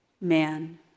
man